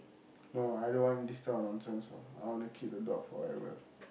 oh I don't want this type of nonsense all I want to keep the dog forever